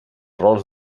rols